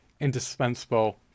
indispensable